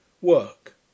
work